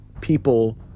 people